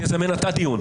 תזמן אתה דיון,